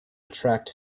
attract